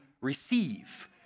receive